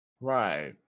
Right